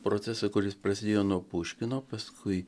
procesą kuris prasidėjo nuo puškino paskui